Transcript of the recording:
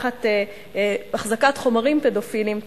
החזקת חומרים פדופיליים,